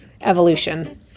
evolution